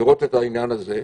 לראות את העניין הזה,